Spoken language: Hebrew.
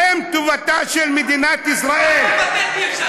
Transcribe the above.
האם טובתה של מדינת ישראל, כמה פתטי אפשר להיות?